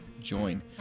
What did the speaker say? join